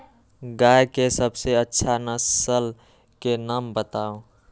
गाय के सबसे अच्छा नसल के नाम बताऊ?